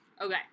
Okay